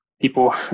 people